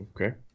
okay